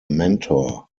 mentor